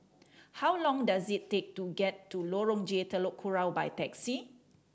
how long does it take to get to Lorong J Telok Kurau by taxi